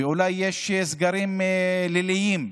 ואולי יש סגרים ליליים.